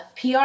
PR